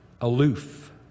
aloof